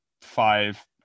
five